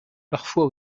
parfois